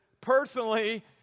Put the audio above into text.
Personally